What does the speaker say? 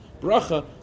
Bracha